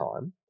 time